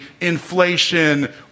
inflation